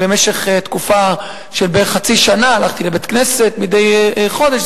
במשך תקופה של בערך חצי שנה הלכתי לבית-כנסת מדי חודש,